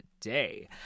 day